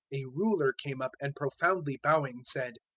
a ruler came up and profoundly bowing said,